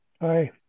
Hi